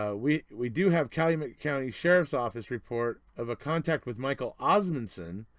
ah we we do have calumet county sheriff's office report of a contact with michael osmunson,